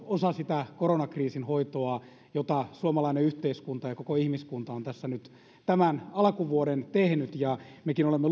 osa sitä koronakriisin hoitoa jota suomalainen yhteiskunta ja koko ihmiskunta on tässä nyt tämän alkuvuoden tehnyt mekin olemme